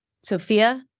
Sophia